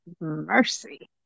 mercy